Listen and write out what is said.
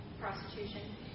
prostitution